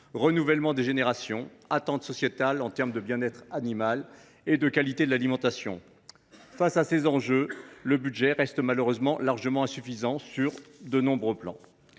renouvellement des générations, attentes sociétales en matière de bien être animal et de qualité de l’alimentation. Devant ces enjeux, ce budget reste malheureusement largement insuffisant sur de nombreux plans.